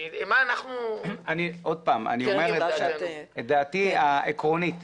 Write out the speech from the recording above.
אני אומר את דעתי העקרונית.